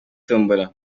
tombola